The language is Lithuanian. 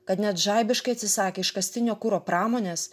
kad net žaibiškai atsisakė iškastinio kuro pramonės